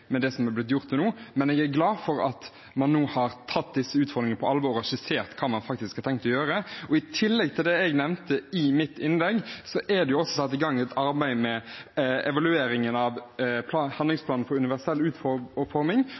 med det som er blitt gjort til nå. Men jeg er glad for at man nå har tatt disse utfordringene på alvor og har skissert hva man har tenkt å gjøre. I tillegg til det jeg nevnte i mitt innlegg, er det også satt i gang et arbeid med evalueringen av handlingsplanen for universell utforming